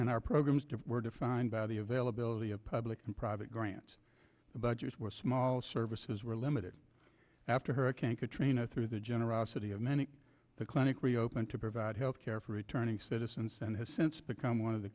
and our programs defined by the availability of public and private grants budgets were small services were limited after hurricane katrina through the generosity of many the clinic reopened to provide health care for returning citizens and has since become one